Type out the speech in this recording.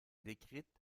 décrite